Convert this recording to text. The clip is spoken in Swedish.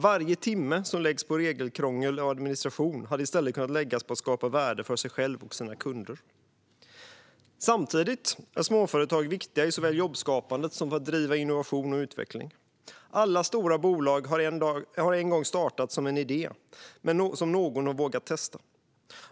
Varje timme som småföretagare lägger på regelkrångel och administration hade de i stället kunnat lägga på att skapa värde för sig själva och sina kunder. Samtidigt är småföretag viktiga såväl för jobbskapande som för att driva innovation och utveckling. Alla stora bolag har en gång startat som en idé som någon vågat testa.